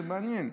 זה מעניין,